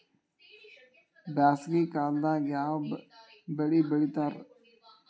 ಬ್ಯಾಸಗಿ ಕಾಲದಾಗ ಯಾವ ಬೆಳಿ ಬೆಳಿತಾರ?